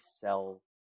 sell